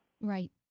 Right